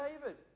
David